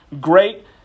great